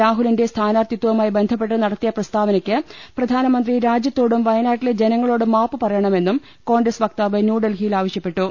രാഹുലിന്റെ സ്ഥാനാർത്ഥിത്വ വുമായി ബന്ധപ്പെട്ട് നടത്തിയ പ്രസ്താവനയ്ക്ക് പ്രധാനമന്ത്രി രാജ്യത്തോടും വയനാട്ടിലെ ജനങ്ങളോടും മാപ്പ് പറയണമെന്നും കോൺഗ്രസ് വക്താവ് ന്യൂഡൽഹിയിൽ ആവശ്യപ്പെട്ടു